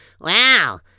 Wow